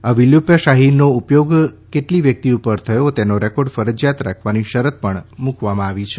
અવિલોપ્ય શાહીનો ઉપયોગ કેટલી વ્યક્તિ ઉપર થયો તેનો રેકૉર્ડ ફરજિયાત રાખવાની શરત પણ મૂકવામાં આવી છે